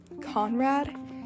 Conrad